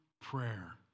prayer